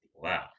Wow